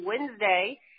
Wednesday